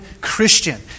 Christian